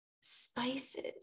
spices